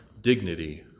dignity